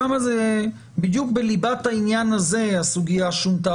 שם בדיוק בליבת העניין הזה הסוגייה שונתה